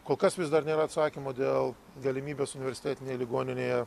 kol kas vis dar nėra atsakymo dėl galimybės universitetinėj ligoninėje